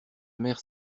mère